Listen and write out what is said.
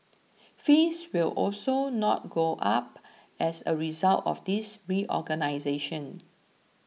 fees will also not go up as a result of this reorganisation